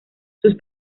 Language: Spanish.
sus